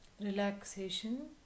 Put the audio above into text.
Relaxation